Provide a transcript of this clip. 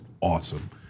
awesome